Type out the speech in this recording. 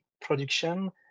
production